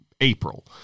April